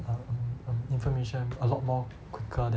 um um um information a lot more quicker than